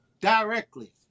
directly